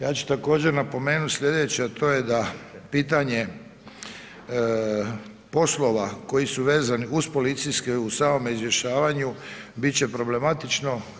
Ja ću također napomenuti sljedeće, a to je da pitanje poslova, koji su vezani uz policijskom samome izvještavanju, biti će problematično.